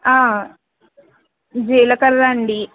జీలకర్ర అండి